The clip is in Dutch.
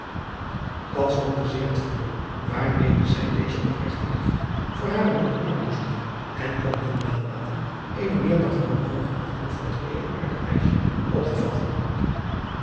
roemde zeer het vuur waar mede zij deze opregte liefde voor hare moeder uitboezemde en kon niet nalaten eene meer dan gewone hoogachting voor het edelaardig meisje op te vatten